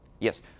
Yes